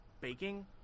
baking